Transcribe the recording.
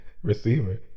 Receiver